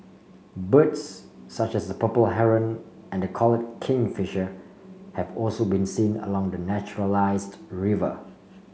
birds such as the purple Heron and the collared kingfisher have also been seen along the naturalised river